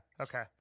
Okay